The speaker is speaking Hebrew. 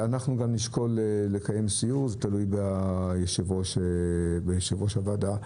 נשקול לקיים סיור, זה תלוי ביושב-ראש הוועדה.